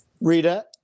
Rita